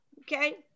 Okay